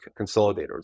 consolidators